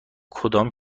کدام